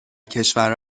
کشور